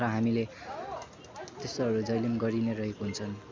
र हामीले त्यस्तोहरू जहिले पनि गरी नै रहेको हुन्छन्